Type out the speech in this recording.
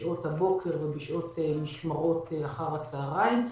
אלא בשעות הבוקר ובמשמרות אחר הצוהריים.